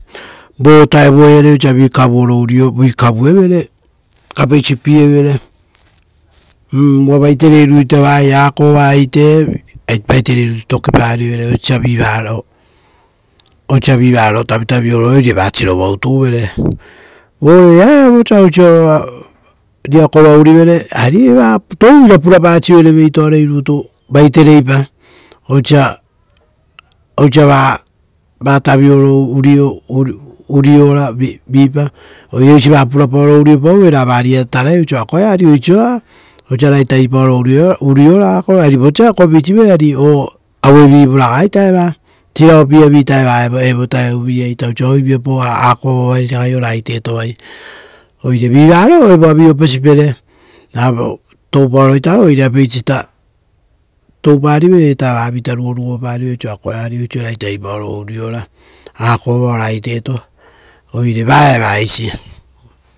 Vo taevu vutao iare osa vikavuoro urio, vikavuevere apeisi pievere uu- uva vatere ita vaia, akova, aite, vaitere rutu ita tokipa rivere osa vivaro, osa vivaro tavitavi oro oire va sirova utuvere. Vo vosa riakova ourivere. ari eva touvira purapasivere veitoarei rutu vaiterei pa, osa osava-a vatavioro uriora vipa. Oire oisi v purapaoro uriopauvere ra varia taraiu oiso akoea ari oiso a-a osa ragai tavipaoro uriora ako-o avi vosa kopisivere ari o auevivu ragaita eva, sirao pieavi ta eva evo vuta-a ia oiso ae viapau ako-o vai ragai ora aiteto vai, oire vivaro evoavi opesi pere, ravo toupa oro ita avau oire apeisita touparivere vavita rugorugo pari vere oiso akoea ari oiso ragai tavipaoro urio-ora akova ora aiteto. Oire va-a era eisi.